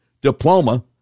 diploma